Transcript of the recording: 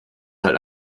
halt